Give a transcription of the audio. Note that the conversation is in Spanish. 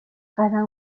cada